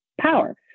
power